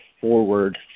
forward